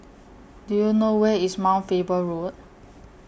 Do YOU know Where IS Mount Faber Road